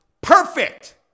Perfect